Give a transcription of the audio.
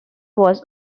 was